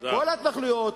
כל ההתנחלויות,